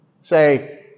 Say